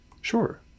Sure